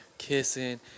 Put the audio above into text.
kissing